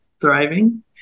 thriving